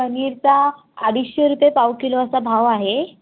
पनीरचा अडीचशे रुपये पाव किलो असा भाव आहे